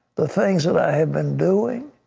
the things that i have been doing,